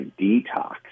detox